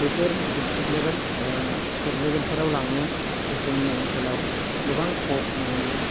बेफोर district level state लेभेलफोराव लांनो जोंनि ओनसोलाव गोबां